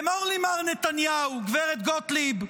אמור לי, מר נתניהו, גברת גוטליב,